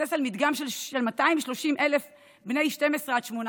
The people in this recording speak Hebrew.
המתבסס על מדגם של 230,000 בני 12 עד 18,